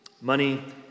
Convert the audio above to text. Money